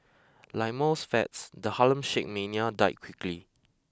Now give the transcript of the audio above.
like most fads the Harlem Shake mania died quickly